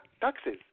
taxes